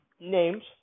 names